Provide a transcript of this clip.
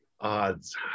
Odds